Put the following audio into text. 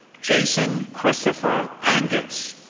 jason christopher angus.